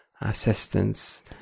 assistance